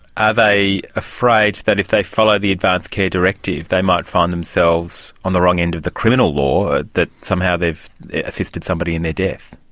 are they afraid that if they follow the advance care directive they might find themselves on the wrong end of the criminal law, that somehow they've assisted somebody in their death?